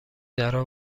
درا